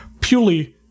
purely